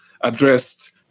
addressed